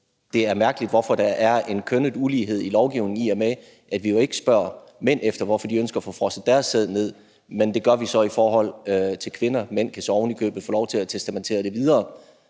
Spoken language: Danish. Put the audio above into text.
det er mærkeligt, hvorfor der er en kønnet ulighed i lovgivningen, i og med at vi jo ikke spørger mænd om, hvorfor de ønsker at få frosset deres sæd ned, men det gør vi så i forhold til kvinder. Mænd kan så ovenikøbet få lov til at testamentere det videre.